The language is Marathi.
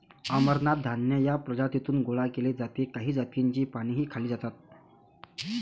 अमरनाथ धान्य या प्रजातीतून गोळा केले जाते काही जातींची पानेही खाल्ली जातात